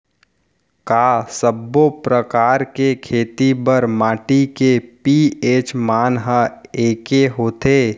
का सब्बो प्रकार के खेती बर माटी के पी.एच मान ह एकै होथे?